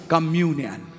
Communion